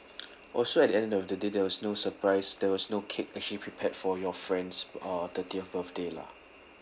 oh so at the end of the day there was no surprise there was no cake actually prepared for your friend's uh thirtieth birthday lah